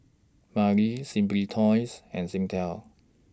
Simply Toys and Singtel